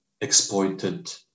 exploited